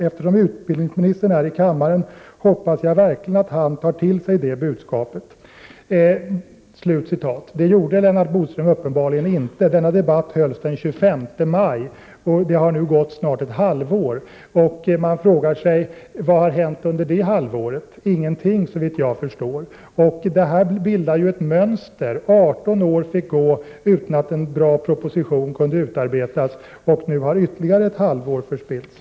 Eftersom utbildningsministern är i kammaren hoppas jag verkligen att han tar till sig det budskapet.” Det gjorde Lennart Bodström uppenbarligen inte. Debatten hölls den 25 maj. Det har nu gått snart ett halvår, och man frågar sig: Vad har hänt under det halvåret? Ingenting, såvitt jag förstår. Det här bildar ju ett mönster. 18 år fick gå utan att en bra proposition kunde utarbetas, och nu har ytterligare ett halvår förspillts.